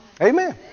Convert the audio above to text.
Amen